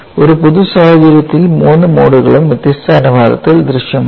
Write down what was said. ഒരു പൊതു സാഹചര്യത്തിൽ മൂന്ന് മോഡുകളും വ്യത്യസ്ത അനുപാതത്തിൽ ദൃശ്യമാകും